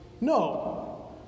no